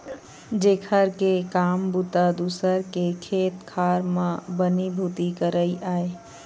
जेखर के काम बूता दूसर के खेत खार म बनी भूथी करई आय